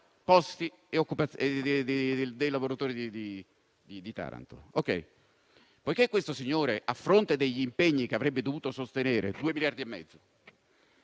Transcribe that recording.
posti di lavoro a Taranto. Poiché questo signore, a fronte degli impegni che avrebbe dovuto sostenere - 2,5 miliardi - ha